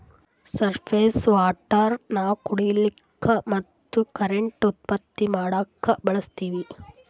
surface water ನಾವ್ ಕುಡಿಲಿಕ್ಕ ಮತ್ತ್ ಕರೆಂಟ್ ಉತ್ಪತ್ತಿ ಮಾಡಕ್ಕಾ ಬಳಸ್ತೀವಿ